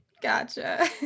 Gotcha